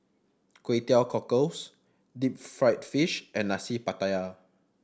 Kway Teow Cockles deep fried fish and Nasi Pattaya